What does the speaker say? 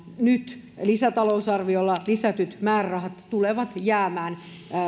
nyt lisätalousarviolla lisätyt määrärahat tulevat jäämään